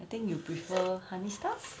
I think you prefer honey stars